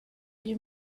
you